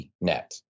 net